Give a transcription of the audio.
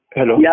Hello